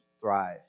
thrive